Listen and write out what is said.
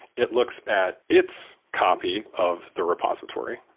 it looks at its copy of the repository.